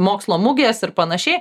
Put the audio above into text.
mokslo mugės ir panašiai